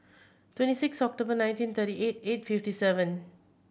twenty six October nineteen thirty eight eight fifty seven